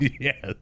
yes